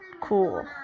cool